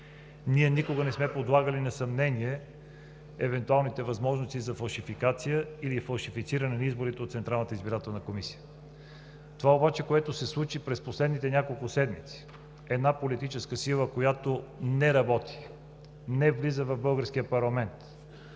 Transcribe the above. Никога не сме подлагали на съмнение евентуалните възможности за фалшификация или фалшифициране на изборите от Централната избирателна комисия. Това обаче, което се случи през последните няколко седмици – една политическа сила да не работи, не влиза в българския парламент,